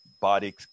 body